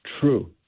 true